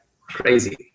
Crazy